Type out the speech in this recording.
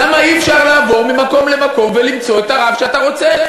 למה אי-אפשר לעבור ממקום למקום ולמצוא את הרב שאתה רוצה?